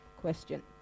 Question